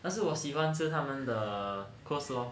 但是我喜欢吃他们的 coleslaw